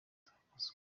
zafashwe